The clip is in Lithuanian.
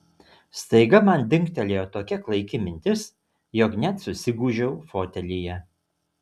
staiga man dingtelėjo tokia klaiki mintis jog net susigūžiau fotelyje